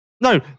No